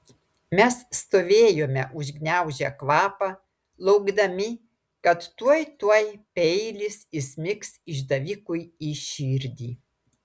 mes stovėjome užgniaužę kvapą laukdami kad tuoj tuoj peilis įsmigs išdavikui į širdį